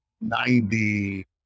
ninety